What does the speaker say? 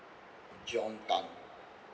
john tan